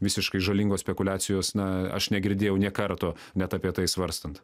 visiškai žalingos spekuliacijos na aš negirdėjau nei karto net apie tai svarstant